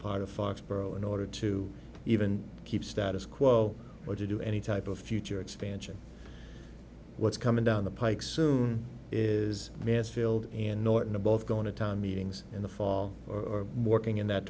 part of foxborough in order to even keep status quo what to do any type of future expansion what's coming down the pike soon is mansfield and norton a both going to town meetings in the fall or more going in that